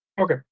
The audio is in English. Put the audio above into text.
okay